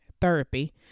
therapy